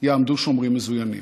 יעמדו שומרים מזוינים,